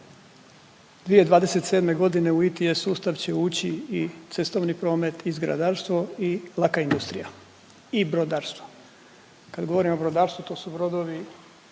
2027. u ITS sustav će ući i cestovni promet i zgradarstvo i laka industrija i brodarstvo. Kad govorimo o brodarstvu, to su brodovi